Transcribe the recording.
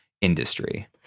industry